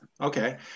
okay